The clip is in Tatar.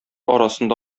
арасында